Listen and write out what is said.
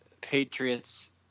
Patriots